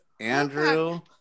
Andrew